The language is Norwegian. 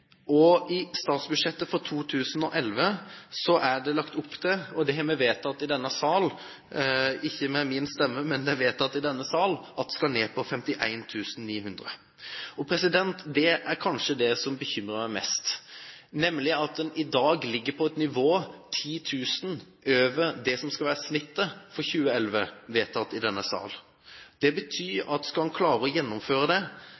I statsbudsjettet for 2011 er det lagt opp til – og det har vi vedtatt i denne sal, men ikke med min stemme – at det skal ned til 51 900. Det som kanskje bekymrer meg mest, er at nivået i dag ligger på 10 000 over det som skal være snittet for 2011, som vedtatt i denne sal. Det betyr at skal en klare å gjennomføre det,